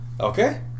okay